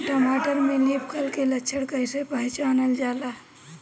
टमाटर में leaf curl के लक्षण कइसे पहचानल जाला?